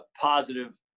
positive